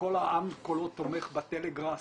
שכל העם תומך בטלגראס